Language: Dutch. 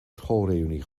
schoolreünie